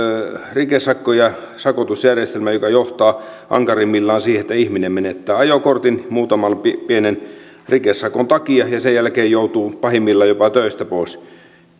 rikesakko ja sakotusjärjestelmä joka johtaa ankarimmillaan siihen että ihminen menettää ajokortin muutaman pienen rikesakon takia ja sen jälkeen joutuu pahimmillaan jopa töistä pois